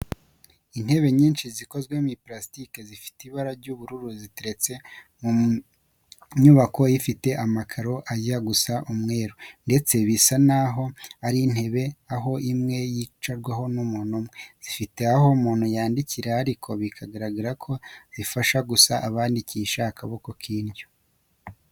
Intebe nyinshi zikozwe muri purasitike, zifite ibara ry'ubururu ziteretse mu nyubako ifite amakaro ajya gusa umweru ndetse bisa n'aho ari intebe aho imwe yicarwaho n'umuntu umwe. Zifite aho umuntu yandikira ariko bikagaragara ko zifasha gusa abandikisha akaboko k'indyo.